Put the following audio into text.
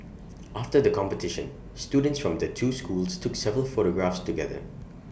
after the competition students from the two schools took several photographs together